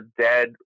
dead